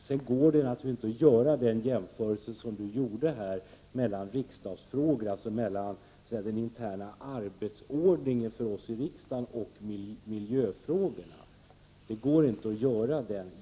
Sedan går det naturligtvis inte att som Hans Leghammar gjorde göra en jämförelse mellan riksdagsfrågorna — den interna arbetsordningen för oss i riksdagen — och miljöfrågorna.